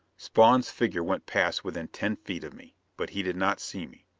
spawn's figure went past within ten feet of me. but he did not see me.